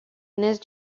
gneiss